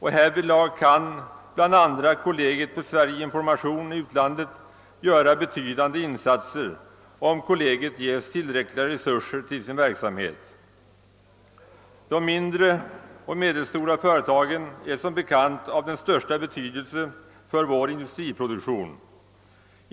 Härvidlag kan bl.a. kollegiet för Sverige-information i utlandet göra betydande insatser om det får tillräckliga resurser för sin verksamhet. De mindre och medelstora företagen är som bekant av den största betydelse för vär industriproduktion.